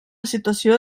situació